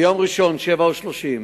ביום ראשון, 07:30,